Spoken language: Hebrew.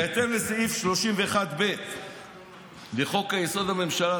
בהתאם לסעיף 31ב לחוק-יסוד: הממשלה,